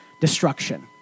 destruction